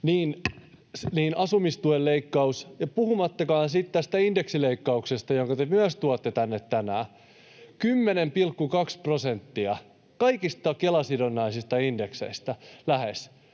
Niin, asumistuen leikkaus, puhumattakaan sitten tästä indeksileikkauksesta, jonka te myös tuotte tänne tänään: 10,2 prosenttia kaikista Kela-sidonnaisista indekseistä, lähes.